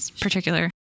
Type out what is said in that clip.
particular